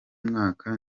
mwaka